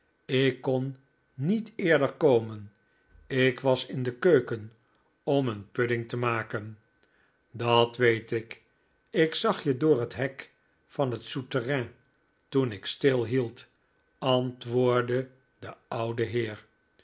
ik kon niet eerder komen ik was in de keuken om een pudding te maken dat weet ik ik zag je door het hek van het souterrein toen ik stilhield antwoordde de oude heer